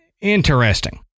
Interesting